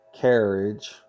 carriage